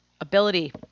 ability